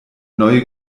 neue